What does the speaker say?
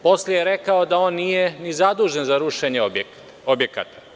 Posle je rekao da on nije ni zadužen za rušenje objekata.